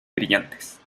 brillantes